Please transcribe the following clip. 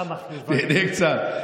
תיהנה קצת.